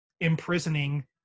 imprisoning